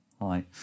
Hi